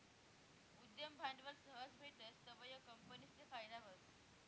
उद्यम भांडवल सहज भेटस तवंय कंपनीसले फायदा व्हस